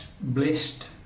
blessed